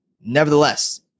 nevertheless